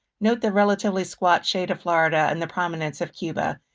note the relatively squat shade of florida and the prominence of cuba.